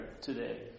today